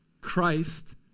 Christ